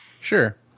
Sure